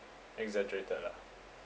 exaggerated lah